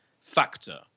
factor